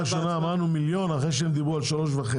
הראשונה אמרנו מיליון אחרי שהם דיברו על 3.5